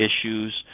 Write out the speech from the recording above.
issues